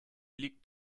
liegt